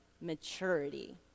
maturity